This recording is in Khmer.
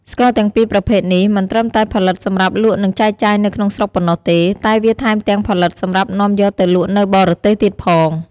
ស្ករទាំងពីរប្រភេទនេះមិនតឹមតែផលិតសម្រាប់លក់និងចែកចាយនៅក្នុងស្រុកប៉ុណ្ណោះទេ តែវាថែមទាំងផលិតសម្រាប់នាំយកទៅលក់នៅបរទេសទៀតផង។